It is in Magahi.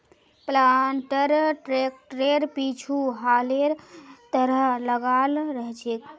प्लांटर ट्रैक्टरेर पीछु हलेर तरह लगाल रह छेक